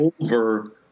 over